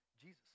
Jesus